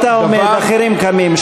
אתה עומד, אחרים קמים.